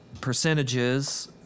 Percentages